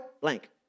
blank